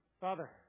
Father